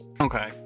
Okay